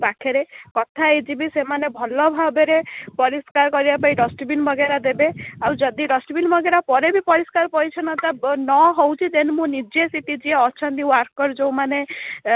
ପାଖରେ କଥା ହେଇଯିବି ସେମାନେ ଭଲ ଭାବରେ ପରିଷ୍କାର କରିବା ପାଇଁ ଡଷ୍ଟବିନ୍ ବଗେରା ଦେବେ ଆଉ ଯଦି ଡଷ୍ଟବିନ୍ ବଗେରା ପରେ ବି ପରିଷ୍କାର ପରିଚ୍ଛନ୍ନତା ନ ହେଉଛି ଦେନ୍ ମୁଁ ନିଜେ ସେଠି ଯିଏ ଅଛନ୍ତି ୱାର୍କର ଯେଉଁମାନେ